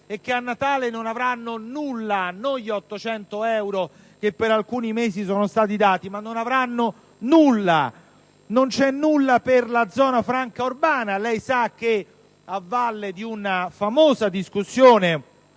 e che a Natale non avranno nulla, non solo gli 800 euro che per alcuni mesi sono stati dati loro, ma non avranno nulla. Non c'è nulla per la zona franca urbana. Lei sa che, a valle di una famosa discussione